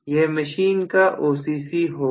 यह मशीन का OCC होगा